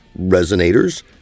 resonators